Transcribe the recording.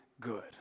good